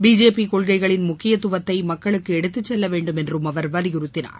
BJP கொள்கைகளின் முக்கியத்துவத்தை மக்களுக்கு எடுத்துச்செல்லவேண்டும் என்றும் அவர் வலியுறுத்தினார்